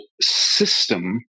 system